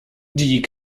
die